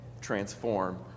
transform